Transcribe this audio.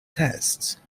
tests